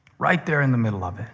right there in the middle of it,